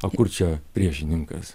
o kur čia priešininkas